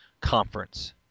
conference